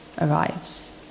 arrives